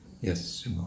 Yes